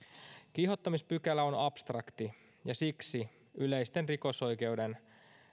kiihottamispykälä on abstrakti ja siksi yleisten rikosoikeuden